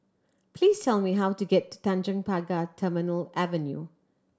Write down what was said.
please tell me how to get to Tanjong Pagar Terminal Avenue